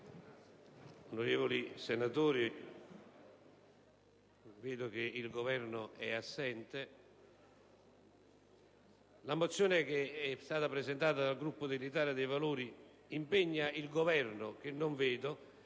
onorevoli senatori, noto che il Governo è assente. La mozione n. 260, presentata dal Gruppo dell'Italia dei Valori, impegna il Governo, che non vedo,